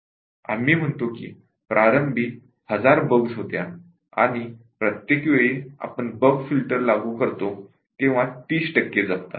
आम्ही असे म्हणतो की प्रारंभी 1000 बग्स होत्या आणि प्रत्येक वेळी आपण बग फिल्टर लागू करतो तेव्हा 30 टक्के राहतात